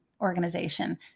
organization